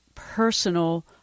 personal